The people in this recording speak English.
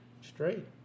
Straight